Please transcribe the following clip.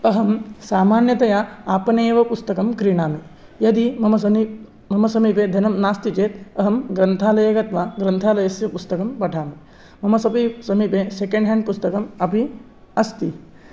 अहं सामान्यतया आपणे एव पुस्तकं क्रीणामि यदि मम समी मम समीपे धनं नास्ति चेत् अहं ग्रन्थालये गत्वा ग्रन्थालयस्य पुस्तकं पठामि मम समी समीपे सेकेण्ड् ह्याण्ड् पुस्तकम् अपि अस्ति